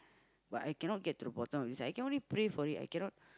but I cannot get to the bottom of this I can only pray for it I cannot